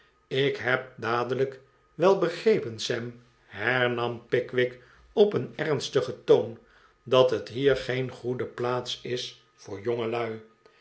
ik heb dadelijk wel begrepen sam hernam pickwick op een ernstigen toon dat het hier geen goede plaats is voor jongelui